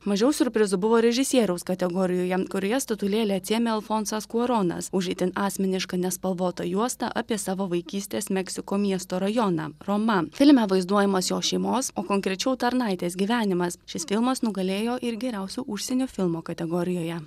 mažiau siurprizų buvo režisieriaus kategorijoje kurioje statulėlę atsiėmė alfonsas kuaronas už itin asmenišką nespalvotą juostą apie savo vaikystės meksiko miesto rajoną roma filme vaizduojamas jo šeimos o konkrečiau tarnaitės gyvenimas šis filmas nugalėjo ir geriausio užsienio filmo kategorijoje